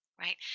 Right